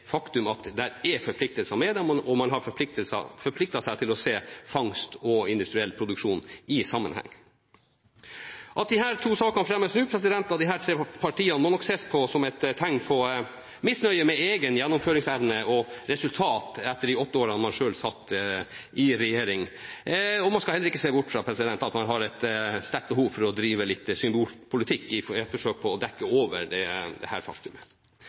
faktum at det er leveringsforpliktelser forbundet med dette. Man har forpliktet seg til å se fangst og industriell produksjon i sammenheng. At disse sakene fremmes nå av disse tre partiene, må ses på som et tegn på misnøye med egen gjennomføringsevne og resultater etter de åtte årene man selv satt i regjering. Man skal heller ikke se bort fra at man har et sterkt behov for å drive litt symbolpolitikk i et forsøk på å dekke over